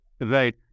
Right